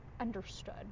Understood